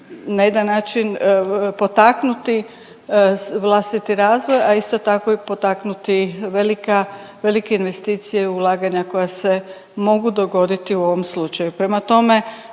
na jedan način potaknuti vlastiti razvoj, a isto tako i potaknuti velika, velike investicije u ulaganja koja se mogu dogoditi u ovom slučaju. Prema tome,